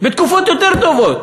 בתקופות יותר טובות